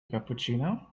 cappuccino